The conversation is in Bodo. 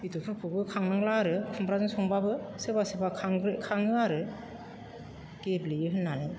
बेदरफोरखौबो खांनांला आरो खुमब्राजों संब्लाबो सोरबा सोरबा खाङो आरो गेब्लेयो होननानै